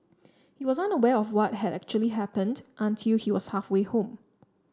he was unaware of what had actually happened until he was halfway home